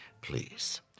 please